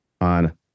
on